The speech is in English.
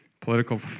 Political